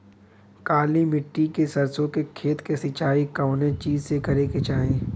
काली मिट्टी के सरसों के खेत क सिंचाई कवने चीज़से करेके चाही?